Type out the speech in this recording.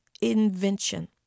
invention